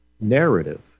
narrative